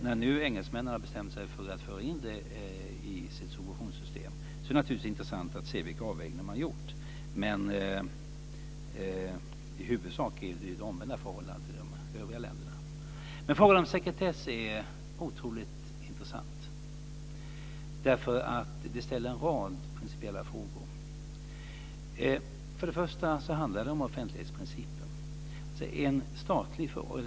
När nu engelsmännen har bestämt sig för att föra in det i sitt subventionssystem är det naturligtvis intressant att se vilka avvägningar de har gjort. Men i huvudsak gäller det omvända förhållandet i övriga länder. Frågan om sekretess är otroligt intressant. Den ställer en rad principiella frågor. För det första handlar det om offentlighetsprincipen.